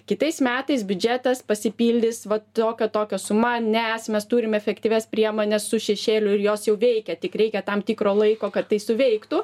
kitais metais biudžetas pasipildys va tokia tokia suma nes mes turim efektyvias priemones su šešėliu ir jos jau veikia tik reikia tam tikro laiko kad tai suveiktų